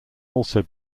also